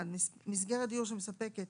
(1)מסגרת דיור שמספקת